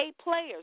players